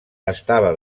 estava